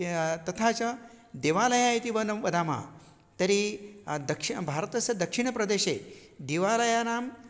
तथा च देवालयः इति वयं वदामः तर्हि दक्षिणभारतस्य दक्षिणप्रदेशे देवालयानां